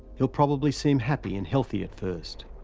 he'll probably seem happy and healthy at first.